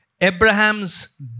Abraham's